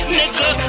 nigga